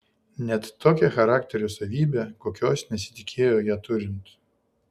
net tokią charakterio savybę kokios nesitikėjo ją turint